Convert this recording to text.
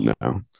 No